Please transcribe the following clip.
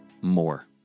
more